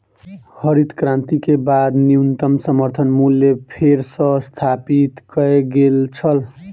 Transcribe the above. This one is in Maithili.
हरित क्रांति के बाद न्यूनतम समर्थन मूल्य फेर सॅ स्थापित कय गेल छल